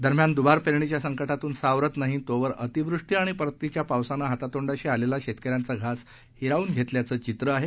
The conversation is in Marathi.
दरम्यान दुबार पेरणीच्या संकटातून सावरत नाही तोवर अतिवृष्टी आणि परतीच्या पावसानं हातातोंडाशी आलेला शेतकऱ्यांचा घास हिरावून घेतल्याचं चित्र आहे